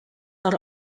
are